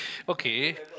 okay